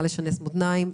נא לשנס מותניים.